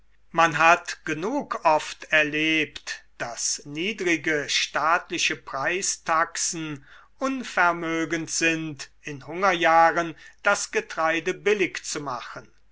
man hat genug oft erlebt daß niedrige staatliche preistaxen unvermögend sind in hungerjahren das getreide billig zu machen